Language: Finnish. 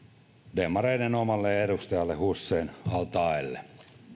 demareiden omalle edustajalle hussein al taeelle